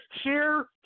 share